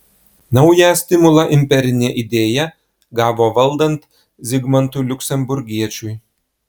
naują stimulą imperinė idėja gavo valdant zigmantui liuksemburgiečiui